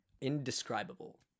Indescribable